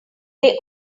they